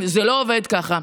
זה לא עובד ככה.